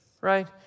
right